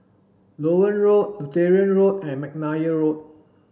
Loewen Road Lutheran Road and McNair Road